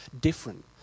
different